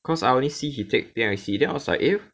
cause I only see he take P_I_C then I was like eh